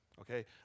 Okay